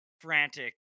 frantic